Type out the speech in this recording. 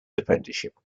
apprenticeship